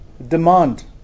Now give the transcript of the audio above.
Demand